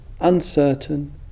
uncertain